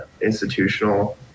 institutional